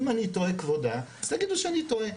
אם אני טועה כבודה, אז תגידו שאני טועה.